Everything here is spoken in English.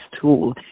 tool